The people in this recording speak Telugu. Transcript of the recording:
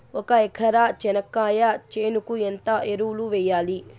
ఒక ఎకరా చెనక్కాయ చేనుకు ఎంత ఎరువులు వెయ్యాలి?